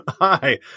Hi